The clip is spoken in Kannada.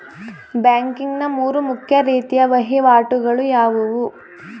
ಬ್ಯಾಂಕಿಂಗ್ ನ ಮೂರು ಮುಖ್ಯ ರೀತಿಯ ವಹಿವಾಟುಗಳು ಯಾವುವು?